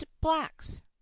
blacks